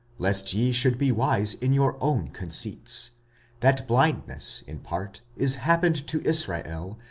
lest ye should be wise in your own conceits that blindness in part is happened to israel,